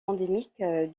endémique